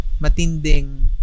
matinding